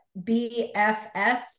BFS